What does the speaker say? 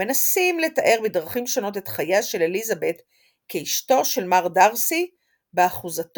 המנסים לתאר בדרכים שונות את חייה של אליזבת כאשתו של מר דארסי באחוזתו,